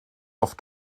auf